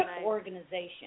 organization